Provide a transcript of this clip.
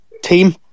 team